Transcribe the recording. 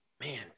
Man